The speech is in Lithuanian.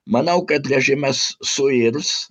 manau kad režimas suirs